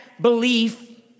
belief